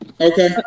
Okay